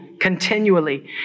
continually